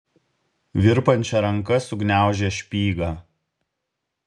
virpančia ranka sugniaužė špygą